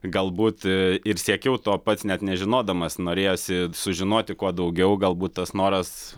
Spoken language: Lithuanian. galbūt ir siekiau to pats net nežinodamas norėjosi sužinoti kuo daugiau galbūt tas noras